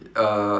uh